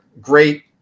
great